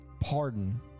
pardon